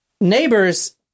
Neighbors